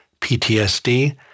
PTSD